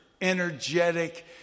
energetic